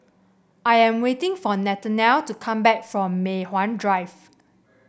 I am waiting for Nathanial to come back from Mei Hwan Drive